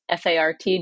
FART